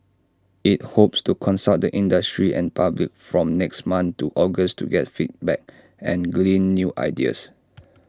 IT hopes to consult the industry and public from next month to August to get feedback and glean new ideas